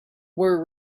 were